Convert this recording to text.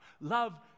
love